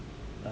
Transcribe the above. uh